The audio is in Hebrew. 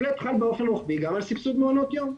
ה-flat חל גם באופן רוחבי גם על סבסוד מעונות יום.